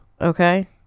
okay